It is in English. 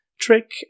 Trick